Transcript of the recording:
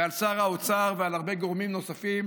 ועל שר האוצר ועל הרבה גורמים נוספים: